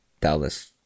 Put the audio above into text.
Dallas